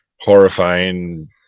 horrifying